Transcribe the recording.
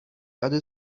other